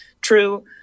true